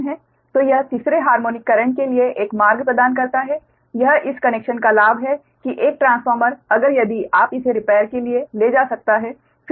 तो यह तीसरे हार्मोनिक करेंट के लिए एक मार्ग प्रदान करता है यह इस कनेक्शन का लाभ है कि एक ट्रांसफार्मर अगर यदि आप इसे रिपेर के लिए ले जा सकता है